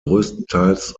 größtenteils